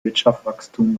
wirtschaftswachstum